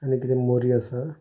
आनी किदें मोरी आसा